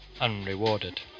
unrewarded